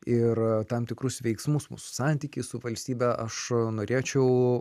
ir tam tikrus veiksmus mūsų santykį su valstybe aš norėčiau